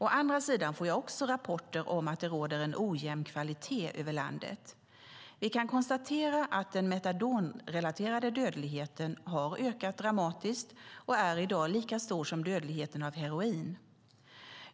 Å andra sidan får jag också rapporter om att det råder en ojämn kvalitet över landet. Vi kan konstatera att den metadonrelaterade dödligheten har ökat dramatiskt och i dag är lika stor som dödligheten av heroin.